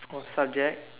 or subject